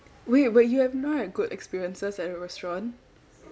wait but you have no good experiences at a restaurant